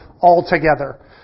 altogether